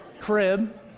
crib